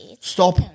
Stop